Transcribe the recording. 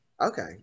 okay